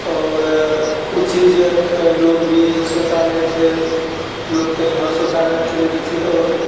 आओर ओ चीजके लोक भी जैसे शौचालय छै लोक तऽ यहाँ शौचालयमे चलै जाइत छै आओर